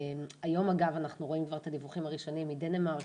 היום אגב אנחנו כבר רואים את הדיווחים הראשונים מדנמרק,